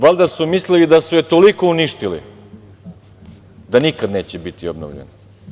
Valjda su mislili da su je toliko uništili da nikada neće biti obnovljena.